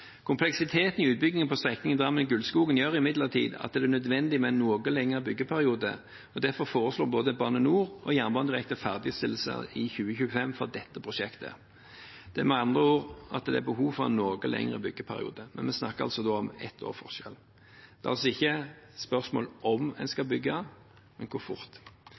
Kompleksiteten i utbyggingen på strekningen Drammen–Gulskogen gjør imidlertid at det er nødvendig med en noe lengre byggeperiode, og derfor foreslår både Bane NOR og Jernbanedirektoratet ferdigstillelse i 2025 for dette prosjektet. Det er med andre ord behov for en noe lengre byggeperiode, men vi snakker da om ett års forskjell. Det er altså ikke spørsmål om en skal bygge, men hvor fort.